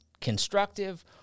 constructive